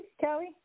Kelly